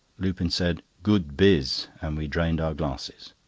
lupin said good biz! and we drained our glasses.